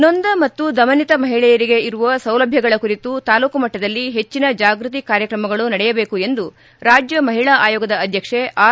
ನೊಂದ ಮತ್ತು ದಮನಿತ ಮಹಿಳೆಯರಿಗೆ ಇರುವ ಸೌಲಭ್ವಗಳ ಕುರಿತು ತಾಲ್ಲೂಕು ಮಟ್ಟದಲ್ಲಿ ಪೆಟ್ಟನ ಜಾಗ್ಯತಿ ಕಾರ್ಯಕ್ರಮಗಳು ನಡೆಯಬೇಕು ಎಂದು ರಾಜ್ಯ ಮಹಿಳಾ ಆಯೋಗದ ಅಧ್ಯಕ್ಷೆ ಆರ್